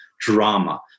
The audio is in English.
drama